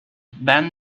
banned